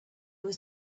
was